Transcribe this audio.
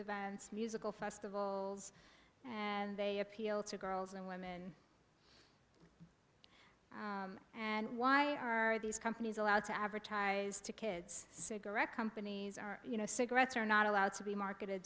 events musical festival and they appeal to girls and women and why are these companies allowed to advertise to kids cigarette companies are you know cigarettes are not allowed to be marketed